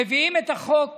מביאים את החוק